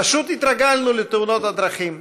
פשוט התרגלנו לתאונות הדרכים.